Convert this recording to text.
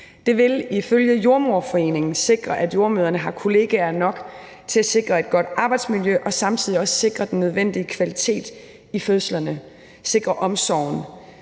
Det vil ifølge Jordemoderforeningen sikre, at jordemødrene har kollegaer nok til at sikre et godt arbejdsmiljø og samtidig også sikre den nødvendige kvalitet i fødslerne, sikre omsorgen,